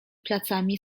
placami